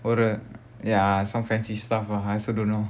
ஒரு:oru ya some fancy stuff ah I also don't know